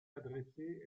adressé